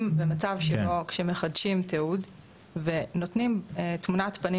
יש מכרז, יש דרישות במכרז.